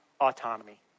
autonomy